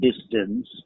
distance